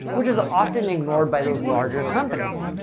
which is often ignored by those larger companies.